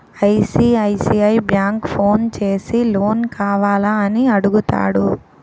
ICICI bank phone చేసి loan కావాల అని అడుగుతాడు